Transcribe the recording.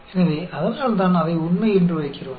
எனவே அதனால்தான் அதை உண்மை என்று வைக்கிறோம்